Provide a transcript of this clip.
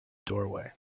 doorway